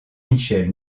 michel